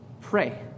Pray